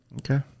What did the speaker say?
Okay